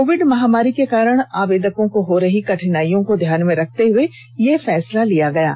Covid महामारी के कारण आवेदकों को हो रही कठिनाइयों को ध्यान में रखते हुए यह फैसला किया गया है